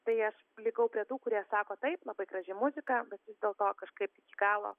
tai aš likau prie tų kurie sako taip labai graži muzika bet vis dėlto kažkaip iki galo